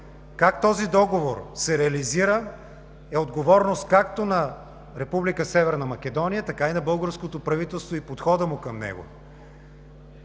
Как този договор се реализира е отговорност както на Република Северна Македония, така и на българското правителство и подхода му към него.